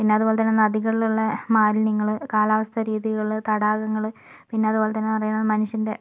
പിന്നതുപോലെ തന്നെ നദികളിലുള്ള മാലിന്യങ്ങൾ കാലാവസ്ഥ രീതികൾ തടാകങ്ങൾ പിന്നെ അതുപോലെതന്നെ എന്നു പറയുന്നത് മനുഷ്യൻ്റെ